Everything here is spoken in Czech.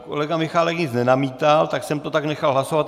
Kolega Michálek nic nenamítal, tak jsem to tak nechal hlasovat.